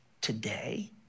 today